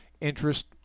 interest